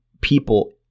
people